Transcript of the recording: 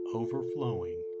overflowing